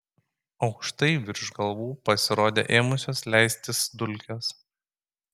aukštai virš galvų pasirodė ėmusios leistis dulkės